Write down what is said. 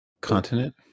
Continent